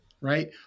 right